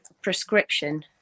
prescription